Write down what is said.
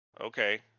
Okay